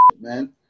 man